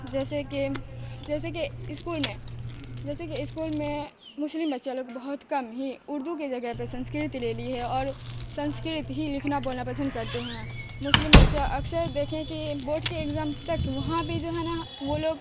جیسے کہ جیسے کہ اسکول میں جیسے کہ اسکول میں مسلم بچہ لوگ بہت کم ہی اردو کی جگہ پہ سنسکرت لے لی ہے اور سنسکرت ہی لکھنا بولنا پسند کرتے ہیں مسلم بچہ اکثر دیکھیں کہ بورڈ کے ایگزام تک وہاں بھی جو ہے نا وہ لوگ